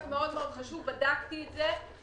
בזכות המכה הלכת לבית חולים.